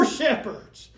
shepherds